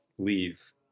Leave